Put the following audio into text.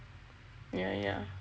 yah yah